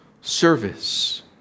service